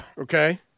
Okay